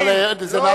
אבל זה נעשה.